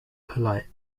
polite